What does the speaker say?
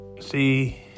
see